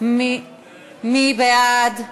מי בעד?